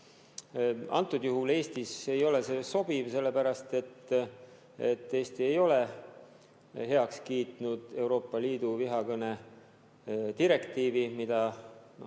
Antud juhul Eestis ei ole see sobiv, sellepärast et Eesti ei ole heaks kiitnud Euroopa Liidu vihakõne direktiivi, mida